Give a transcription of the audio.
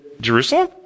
Jerusalem